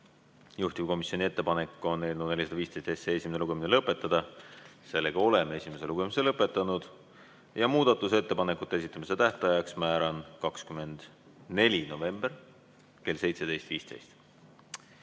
Juhtivkomisjoni ettepanek on eelnõu 415 esimene lugemine lõpetada. Oleme esimese lugemise lõpetanud ja muudatusettepanekute esitamise tähtajaks määran 24. novembri kell 17.15.